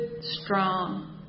strong